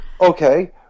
Okay